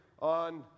on